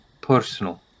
personal